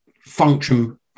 function